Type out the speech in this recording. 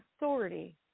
authority